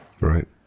Right